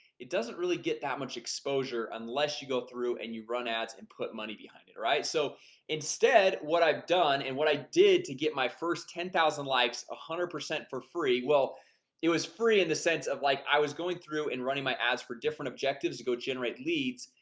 it doesn't really get that much exposure unless you go through and you run ads and put money behind it right so instead what i've done and what i did to get my first ten thousand likes a hundred percent for free well it was free in the sense of like i was going through and running my ads for different objectives to go generate leads,